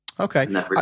Okay